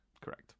correct